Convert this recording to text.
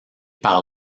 par